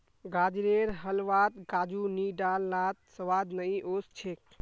गाजरेर हलवात काजू नी डाल लात स्वाद नइ ओस छेक